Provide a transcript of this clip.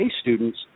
students